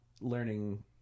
learning